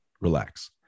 relax